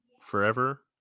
forever